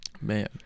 man